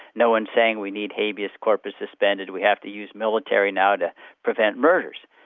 no-one's saying we need habeas corpus suspended, we have to use military now to prevent murders,